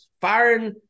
firing